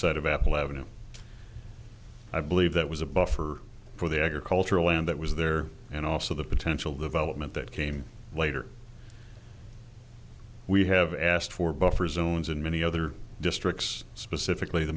side of apple avenue i believe that was a buffer for the agricultural land that was there and also the potential development that came later we have asked for buffer zones in many other districts specifically the